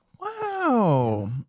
Wow